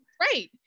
Right